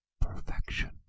perfection